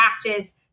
practice